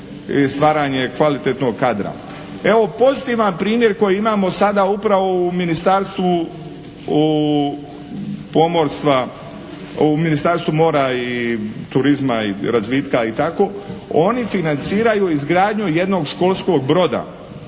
stvaranje kvalitetnog kadra. Evo pozitivan primjer koji imamo sada upravo u Ministarstvu mora i turizma i razvitka i tako. Oni financiraju izgradnju jednog školskog broda.